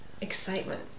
excitement